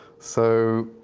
so